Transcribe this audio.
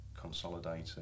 consolidating